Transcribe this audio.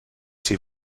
s’hi